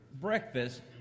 breakfast